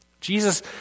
Jesus